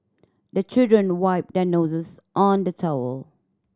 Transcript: the children wipe their noses on the towel